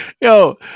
Yo